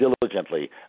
diligently